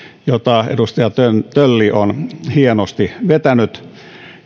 jota edustaja tölli on hienosti vetänyt